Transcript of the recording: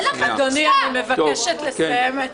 אדוני, אני מבקשת לסיים את